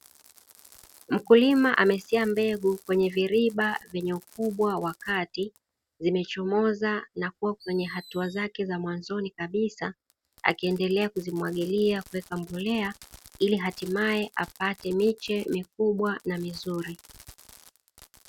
Mkulima amesia mbegu kwenye viriba vyenye ukubwa wa kati, zimechomoza na kuwa kwenye hatua zake za mwanzoni kabisa, akiendelea kuzimwagilia, kuweka mbolea, ili hatimaye apate miche mikubwa na mizuri.